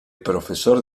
profesor